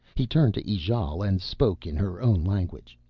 he turned to ijale and spoke in her own language.